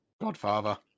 Godfather